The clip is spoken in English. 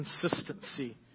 consistency